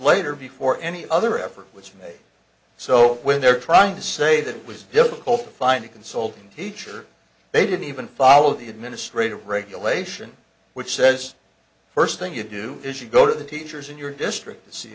later before any other effort which made so when they're trying to say that it was difficult to find a consultant teacher they didn't even follow the administrative regulation which says the first thing you do is you go to the teachers in your district